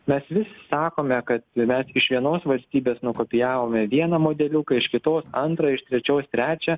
mes vis sakome kad mes iš vienos valstybės nukopijavome vieną modeliuką iš kitos antrą iš trečios trečią